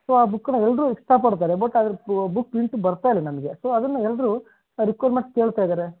so ಆ ಬುಕ್ಕನ್ನ ಎಲ್ಲರು ಇಷ್ಟ ಪಡ್ತಾರೆ ಬಟ್ ಅದ್ರ ಬುಕ್ ಪ್ರಿಂಟು ಬರ್ತಾ ಇಲ್ಲ ನಮಗೆ ಸೊ ಅದನ್ನು ಎಲ್ಲರು ರಿಕ್ವಯ್ರ್ಮೆಂಟ್ ಕೇಳ್ತಾಯಿದ್ದಾರೆ